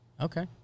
Okay